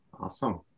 Awesome